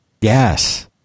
yes